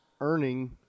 earning